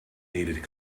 needed